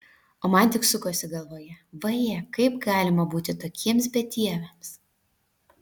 o man tik sukosi galvoje vaje kaip galima būti tokiems bedieviams